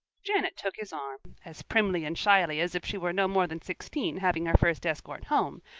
janet took his arm as primly and shyly as if she were no more than sixteen, having her first escort home,